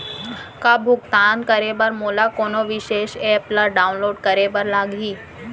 का भुगतान करे बर मोला कोनो विशेष एप ला डाऊनलोड करे बर लागही